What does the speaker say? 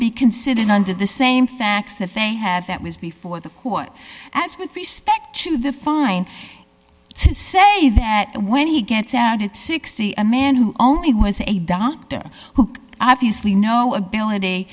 be considered under the same facts that they have that was before the court as with respect to the fine to say that when he gets out at sixty a man who only was a doctor who obviously no ability